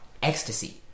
Ecstasy